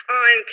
on